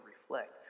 reflect